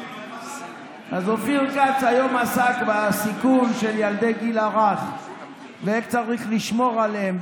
אז אופיר כץ היום עסק בסיכון של ילדי הגיל הרך ואיך צריך לשמור עליהם,